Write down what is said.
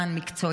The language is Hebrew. מקצועי.